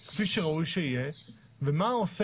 ראוי כפי שראוי שיהיה, ומה עושה